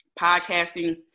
podcasting